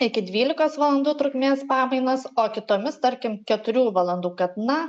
iki dvylikos valandų trukmės pamainas o kitomis tarkim keturių valandų kad na